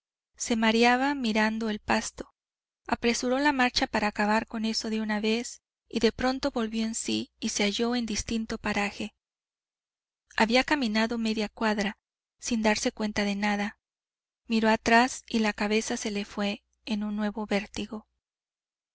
se mareaba mirando el pasto apresuró la marcha para acabar con eso de una vez y de pronto volvió en sí y se halló en distinto paraje había caminado media cuadra sin darse cuenta de nada miró atrás y la cabeza se le fué en un nuevo vértigo